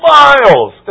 miles